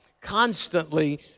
constantly